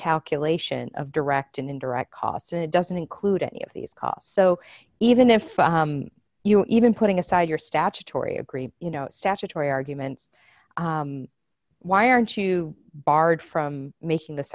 calculation of direct and indirect costs it doesn't include any of these costs so even if you even putting aside your statutory agree you know statutory arguments why aren't you barred from making this